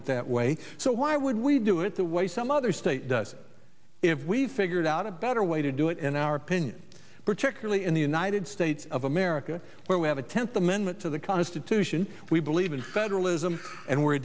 it that way so why would we do it the way some other state does if we figured out a better way to do it in our opinion particularly in the united states of america where we have a tenth amendment to the constitution we believe in federalism and we're a